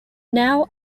now